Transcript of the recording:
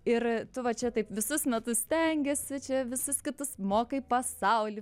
ir tu va čia taip visus metus stengiesi čia visus kitus mokai pasaulį